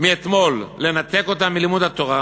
מאתמול לנתק אותה מלימוד התורה,